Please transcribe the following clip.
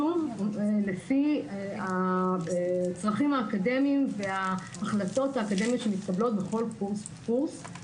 שוב לפי הצרכים האקדמיים וההחלטות האקדמיות שמתקבלות בכל קורס וקורס.